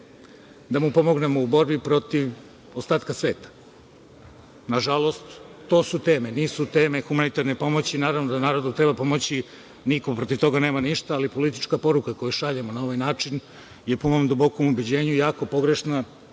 da mu pomognemo u borbi protiv ostatka sveta. Nažalost, to su teme. Nisu teme humanitarne pomoći i naravno da narodu treba pomoći, niko protiv toga nema ništa, ali politička poruka koju šaljemo na ovaj način je, po mom dubokom ubeđenju, jako pogrešna,